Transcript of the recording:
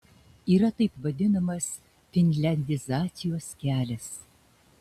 yra taip vadinamas finliandizacijos kelias